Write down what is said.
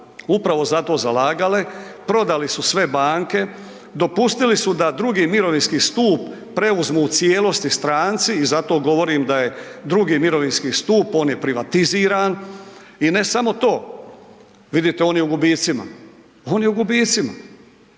upravo za to zalagale. Prodali su sve banke, dopustili su da drugi mirovinski stup preuzmu u cijelosti stranci i zato govorim da je drugi mirovinski stup on je privatiziran. I ne samo to, vidite on je u gubicima, on je u gubicima.